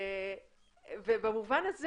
ובמובן הזה,